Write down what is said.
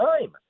time